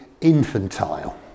infantile